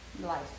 Life